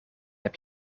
heb